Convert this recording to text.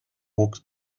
walk